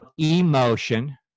emotion